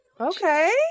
Okay